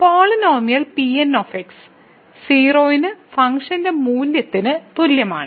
polynomial Pn 0 ന് function മൂല്യത്തിന് തുല്യമാണ്